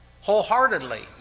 wholeheartedly